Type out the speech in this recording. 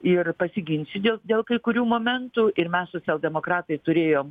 ir pasiginčyti dėl kai kurių momentų ir mes socialdemokratai turėjom